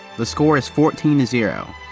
the score is fourteen zero.